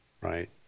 right